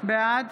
בעד